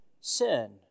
sin